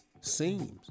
Seems